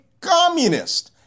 communist